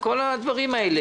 לכל הדברים האלה.